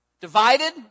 Divided